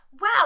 wow